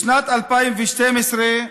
בשנת 2012,